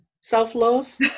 self-love